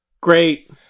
great